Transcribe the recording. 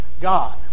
God